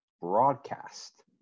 broadcast